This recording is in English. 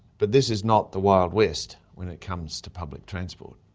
but this is not the wild west when it comes to public transport.